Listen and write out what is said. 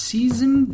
Season